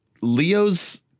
Leo's